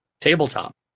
tabletop